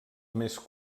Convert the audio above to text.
més